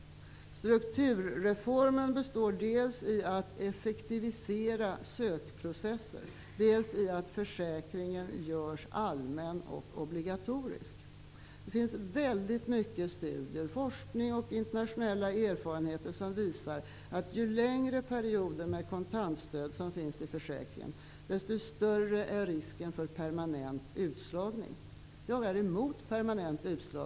Strukturreformen består dels i att man effektiviserar sökprocesser, dels i att försäkringen görs allmän och obligatorisk. Det finns väldigt många studier och internationella erfarenheter och mycket forskning som visar att risken för permanent utslagning är större ju längre perioder med kontantstöd som finns i försäkringen. Jag är emot permanent utslagning.